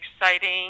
exciting